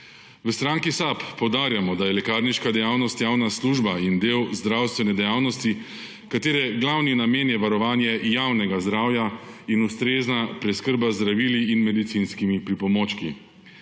V Stranki SAB poudarjamo, da je lekarniška dejavnost javna služba in del zdravstvene dejavnosti, katere glavni namen je varovanje javnega zdravja in ustrezna preskrba z zdravili in medicinskimi pripomočki.